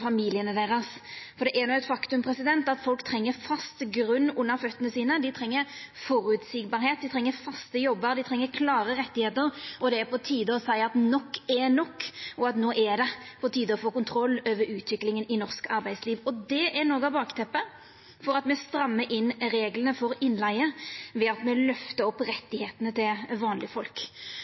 familiane deira. Det er eit faktum at folk treng fast grunn under føtene sine, dei treng at det er føreseieleg, dei treng faste jobbar, dei treng klare rettar. Det er på tide å seia at nok er nok, og at det no er på tide å få kontroll over utviklinga i norsk arbeidsliv. Det er noko av bakteppet for at me strammar inn reglane for innleige, ved at me løftar opp rettane til vanlege folk.